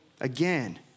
Again